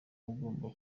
agomba